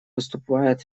выступает